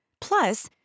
Plus